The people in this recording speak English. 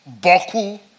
buckle